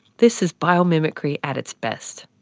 this is biomimicry at its best.